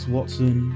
Watson